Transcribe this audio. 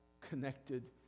connected